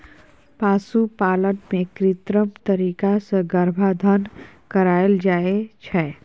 पशुपालन मे कृत्रिम तरीका सँ गर्भाधान कराएल जाइ छै